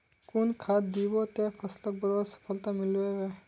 कुन खाद दिबो ते फसलोक बढ़वार सफलता मिलबे बे?